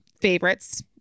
favorites